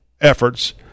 efforts